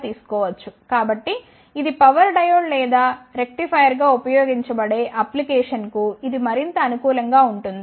కాబట్టి ఇది power diode లేదా రెక్టిఫైయర్గా ఉపయోగించబడే అప్లికేషన్స్ కు ఇది మరింత అనుకూలం గా ఉంటుంది